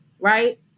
right